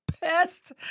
best